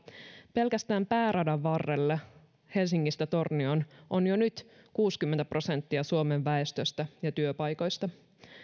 pelkästään pääradan varrella helsingistä tornioon on jo nyt kuusikymmentä prosenttia suomen väestöstä ja työpaikoista